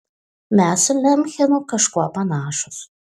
mes su lemchenu kažkuo panašūs